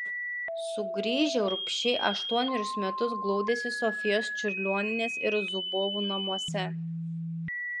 sugrįžę urbšiai aštuonerius metus glaudėsi sofijos čiurlionienės ir zubovų namuose